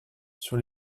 sur